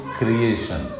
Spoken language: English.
creation